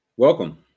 Welcome